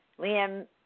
Liam